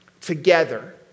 together